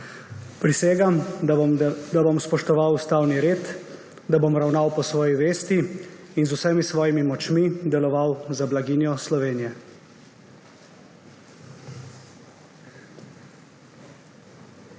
Prisegam, da bom spoštoval ustavni red, da bom ravnal po svoji vesti in z vsemi svojimi močmi deloval za blaginjo Slovenije.